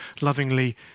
lovingly